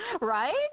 Right